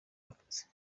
akazi